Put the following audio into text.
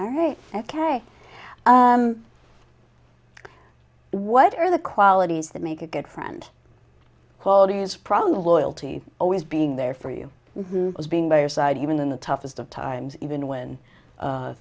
all right ok what are the qualities that make a good friend quality is probably the will to always being there for you as being by your side even in the toughest of times even when